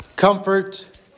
Comfort